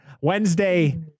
wednesday